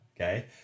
okay